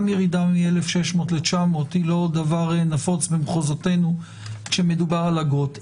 גם ירידה מ-1,600 ל-900 היא לא דבר נפוץ במחוזותינו כשמדובר על אגרות.